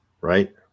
right